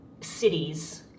cities